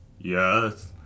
Yes